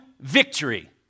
victory